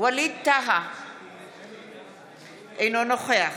ווליד טאהא, אינו נוכח